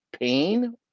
pain